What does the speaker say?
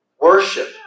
Worship